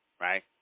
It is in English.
right